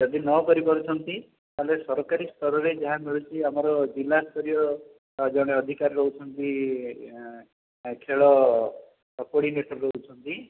ଯଦି ନ କରିପାରୁଛନ୍ତି ତା'ହେଲେ ସରକାରୀ ସ୍ତରରେ ଯାହା ମିଳୁଛି ଆମର ଜିଲ୍ଲା ସ୍ତରୀୟ ଜଣେ ଅଧିକାରୀ ରହୁଛନ୍ତି ଖେଳ କୋଡ଼ିନେଟର୍ ରହୁଛନ୍ତି